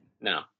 No